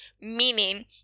meaning